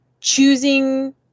choosing